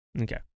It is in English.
Okay